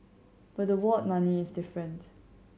but the ward money is different